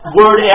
word